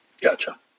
Gotcha